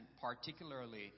particularly